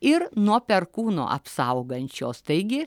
ir nuo perkūno apsaugančios taigi